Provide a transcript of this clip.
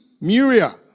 Muria